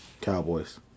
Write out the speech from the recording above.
Cowboys